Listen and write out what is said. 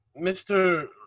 Mr